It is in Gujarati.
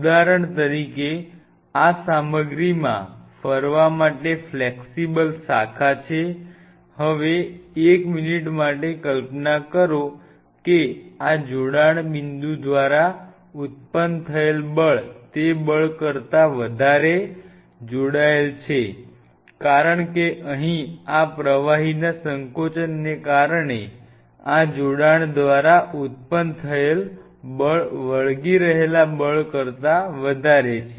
ઉદાહરણ તરીકે આ સામગ્રીમાં ફરવા માટે ફ્લેક્સીબલ શાખા છે હવે એક મિનિટ માટે કલ્પના કરો કે આ જોડાણ બિંદુ દ્વારા ઉત્પન્ન થયેલ બળ તે બળ કરતાં વધારે જોડાયેલ છે કારણ કે અહીં આ પ્રવાહીના સંકોચનને કારણે આ જોડાણ દ્વારા ઉત્પન્ન થયેલ બળ વળગી રહેલા બળ કરતા વધારે છે